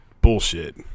bullshit